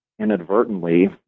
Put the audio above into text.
inadvertently